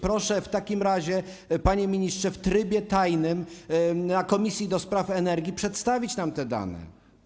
Proszę w takim razie, panie ministrze, w trybie tajnym na posiedzeniu komisji do spraw energii przedstawić nam te dane.